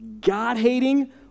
God-hating